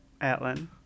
Atlin